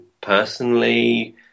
personally